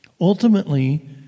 Ultimately